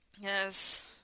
Yes